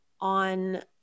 on